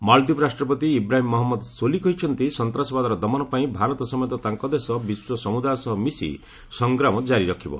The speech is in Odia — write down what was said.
ମାଲଦ୍ୱୀପ ରାଷ୍ଟ୍ରପତି ଇବ୍ରାହିମ୍ ମହମ୍ମଦ ସୋଲି କହିଛନ୍ତି ସନ୍ତାସବାଦର ଦମନ ପାଇଁ ଭାରତ ସମେତ ତାଙ୍କ ଦେଶ ବିଶ୍ୱ ସମୁଦାୟ ସହ ମିଶି ସଂଗ୍ରାମ କାରି ରଖିବ